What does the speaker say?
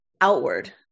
outward